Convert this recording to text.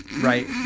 right